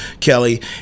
Kelly